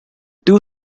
two